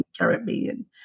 Caribbean